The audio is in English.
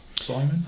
Simon